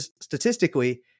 statistically